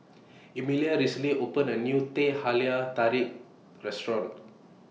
Emelia recently opened A New Teh Halia Tarik Restaurant